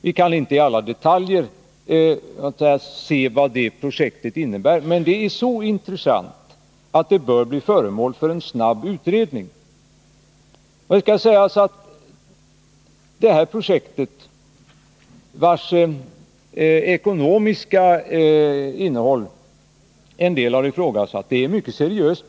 Vi kan inte i detalj se vad det projektet innebär, men det är så intressant att det bör bli föremål för en snabb utredning. Det bör framhållas att projektet, vars ekonomiska innehåll en del har ifrågasatt, har prövats mycket seriöst.